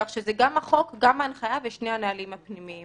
כך שזה גם החוק, גם ההנחיה ושני הנהלים הפנימיים.